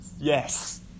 yes